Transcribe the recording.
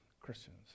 Christians